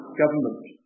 government